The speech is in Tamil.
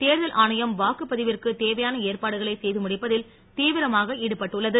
தேர் தல் ஆணையம் வாக்குப தி விற்கு தேவையான ஏற்பாடுகளை செய்து முடிப்ப தில் தி விரமாக ஈடுபட்டுள்ளது